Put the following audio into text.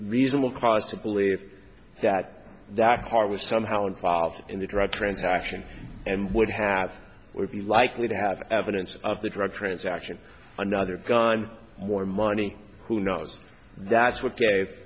reasonable cause to believe that that car was somehow involved in the drug transaction and would have would be likely to have evidence of the drug transaction another gun more money who knows that's what gave